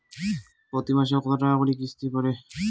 প্রতি মাসে কতো টাকা করি কিস্তি পরে?